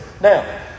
Now